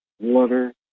water